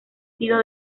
sido